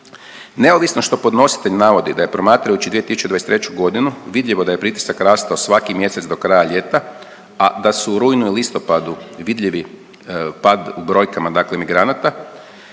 Neovisno što podnositelj navodi da je promatrajući 2023. godinu vidljivo da je pritisak rastao svaki mjesec do kraja ljeta, a da su u rujnu i listopadu vidljivi pad u brojkama dakle migranata.